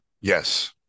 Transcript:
Yes